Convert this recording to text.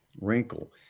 wrinkle